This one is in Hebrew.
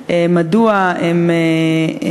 שיפעיל את כל מזנוני תחנות הרכבת במשך שבע שנים.